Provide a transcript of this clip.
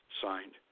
signed